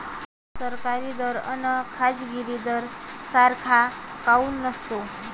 सरकारी दर अन खाजगी दर सारखा काऊन नसतो?